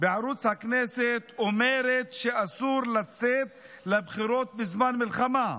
בערוץ הכנסת אומרת שאסור לצאת לבחירות בזמן מלחמה,